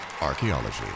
Archaeology